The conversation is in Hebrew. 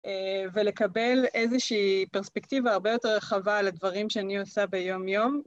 ולקבל איזושהי פרספקטיבה הרבה יותר רחבה על הדברים שאני עושה ביום יום.